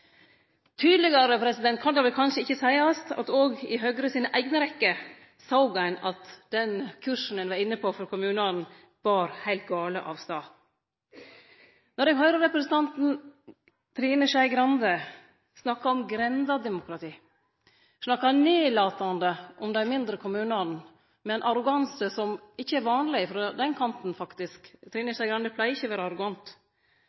Tydelegare kan det vel kanskje ikkje seiast at òg i Høgre sine eigne rekker såg ein at den kursen ein var inne på for kommunane, bar heilt gale av stad. Representanten Trine Skei Grande snakka om grendademokrati, snakka nedlatande om dei mindre kommunane med ein arroganse som faktisk ikkje er vanleg frå den kanten – Trine